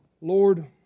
Lord